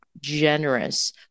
generous